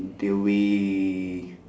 the way